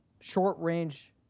short-range